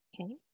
Okay